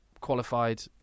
qualified